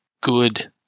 good